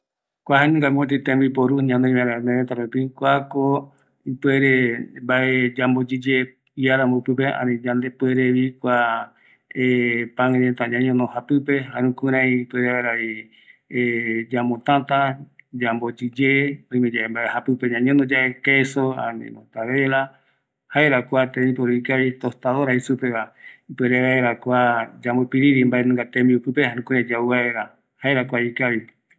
Kua jae yambo piriri pan jare ïru reta, öime ikavi yayapo vaera pan queso, mortadela ndive